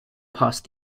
passed